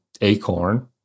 Acorn